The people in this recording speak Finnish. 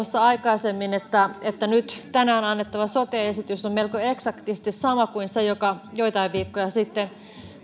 aikaisemmin että nyt tänään annettava sote esitys on melko eksaktisti sama kuin se joka joitain viikkoja sitten